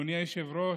אדוני היושב-ראש,